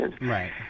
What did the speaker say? right